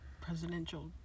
presidential